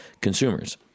consumers